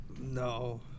No